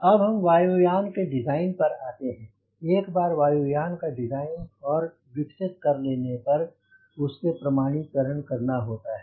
अब हम वायु यान के डिजाइन पर आते हैं एक बार वायु यान का डिजाइन और विकसित कर लेने पर उसके प्रमाणीकरण करना होता है